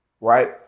right